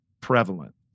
prevalent